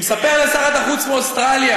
שהוא אומר לשרת החוץ באוסטרליה: